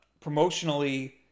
promotionally